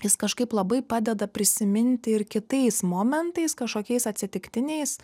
jis kažkaip labai padeda prisiminti ir kitais momentais kažkokiais atsitiktiniais